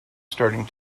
starting